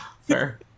fair